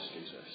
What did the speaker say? Jesus